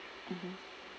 mmhmm